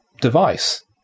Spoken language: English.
device